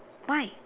why